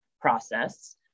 process